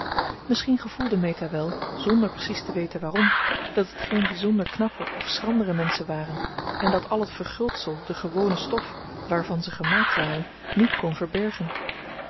misschien gevoelde meta wel zonder precies te weten waarom dat het geen bijzonder knappe of schrandere menschen waren en dat al het verguldsel de gewone stof waarvan ze gemaakt waren niet kon verbergen